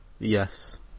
Yes